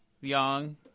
young